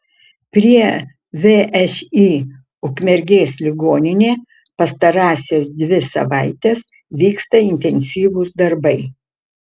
prie všį ukmergės ligoninė pastarąsias dvi savaites vyksta intensyvūs darbai